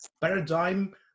paradigm